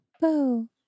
Boo